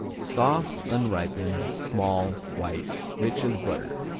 soft unripened small white rich as butter.